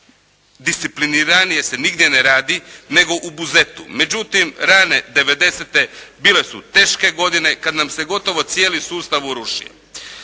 discipliniranije se nigdje ne radi nego u Buzetu. Međutim rane '90. bile su teške godine, kad nam se gotovo cijeli sustav urušio.